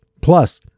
Plus